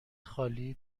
خالی